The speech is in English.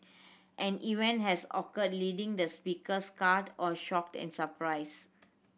an event has occur leaving the speaker scared or shocked and surprised